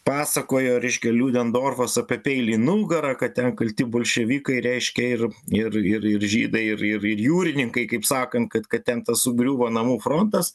pasakojo reiškia liudendorfas apie peilį į nugarą kad ten kalti bolševikai reiškia ir ir ir ir žydai ir ir jūrininkai kaip sakant kad kad ten taip sakant sugriuvo namų frontas